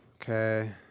Okay